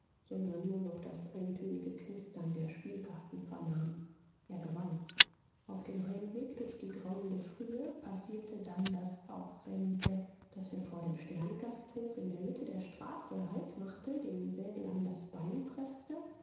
sondern nur noch das eintönige knistern der spielkarten vernahm er gewann auf dem heimweg durch die grauende frühe passierte dann das auffällige daß er vor dem sterngasthof in der mitte der straße halt machte den säbel an das bein preßte